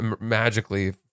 magically